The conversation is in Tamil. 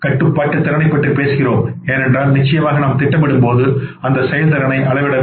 கட்டுப்பாட்டுத் திறனைப் பற்றிப் பேசுகிறோம் ஏனென்றால் நிச்சயமாக நாம் திட்டமிடும்போதுஅந்த செயல்திறனை நாம் அளவிட வேண்டும்